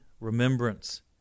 remembrance